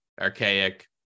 archaic